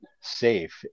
safe